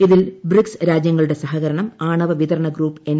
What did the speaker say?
ഇതിൽ ബ്രിക്സ് രാജ്യങ്ങളുടെ സഹകരണം ആണവ വിതരണ ഗ്രൂപ്പ് എൻ